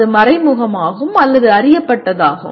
அது மறைமுகமாகும் அல்லது அறியப்பட்டதாகும்